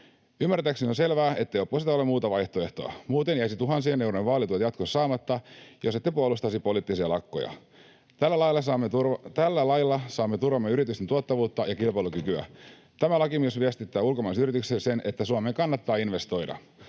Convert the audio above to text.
Ymmärtääkseni on selvää, ettei oppositiolla ole muuta vaihtoehtoa. Muuten jäisi tuhansien eurojen vaalituet jatkossa saamatta, jos ette puolustaisi poliittisia lakkoja. Tällä lailla saamme turvattua yritysten tuottavuutta ja kilpailukykyä. Tämä laki myös viestittää ulkomaisille yrityksille, että Suomeen kannattaa investoida.